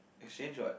exchange what